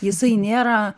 jisai nėra